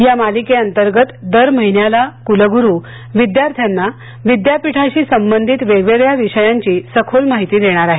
या मालिके अंतर्गत दर महिन्याला कुलगुरू विद्यार्थ्यांना विद्यापीठाशी संबंधित वेगवेगळ्या विषयांची सखोल माहिती देणार आहेत